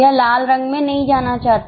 यह लाल रंग में नहीं जाना चाहता